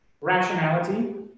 rationality